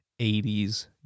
80s